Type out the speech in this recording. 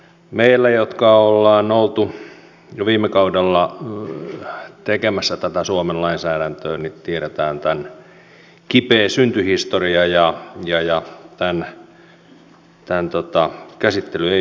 me jotka olemme olleet jo viime kaudella tekemässä tätä suomen lainsäädäntöä tiedämme tämän kipeän syntyhistorian ja tämän käsittely ei ollut kauhean miellyttävää